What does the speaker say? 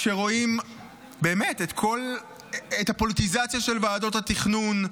כשרואים באמת את הפוליטיזציה של ועדות התכנון,